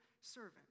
servant